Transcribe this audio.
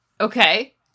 okay